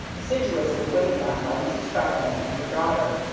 assiduously waited on by mrs. trefethen and her daughter,